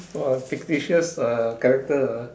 !wah! fictitious character ah